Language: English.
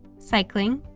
cycling,